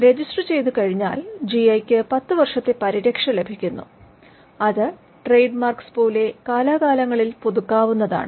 register ചെയ്തുകഴിഞ്ഞാൽ ജിഐക്ക് 10 വർഷത്തെ പരിരക്ഷ ലഭിക്കുന്നു അത് ട്രേഡ്മാർക്സ് പോലെ കാലാകാലങ്ങളിൽ പുതുക്കാവുന്നതാണ്